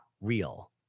real